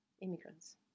immigrants